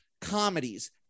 comedies